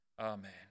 Amen